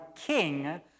King